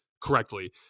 correctly